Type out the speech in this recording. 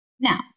Now